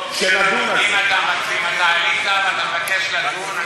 ונשארו לי עוד כשלוש דקות, אני